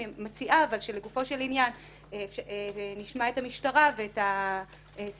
אני מציעה שלגופו של עניין נשמע את המשטרה ואת הסיבות